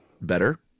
better